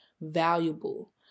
valuable